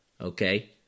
okay